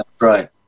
right